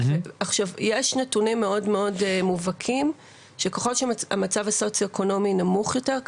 יש נתונים מאוד מובהקים שככל שהמצב הסוציואקונומי נמוך יותר,